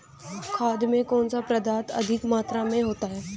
खाद में कौन सा पदार्थ अधिक मात्रा में होता है?